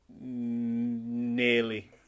nearly